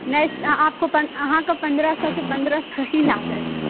अहाँकेॅं पन्द्रह सए के पन्द्रह सए ही लागत